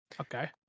Okay